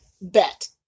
bet